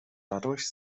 dadurch